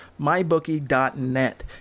MyBookie.net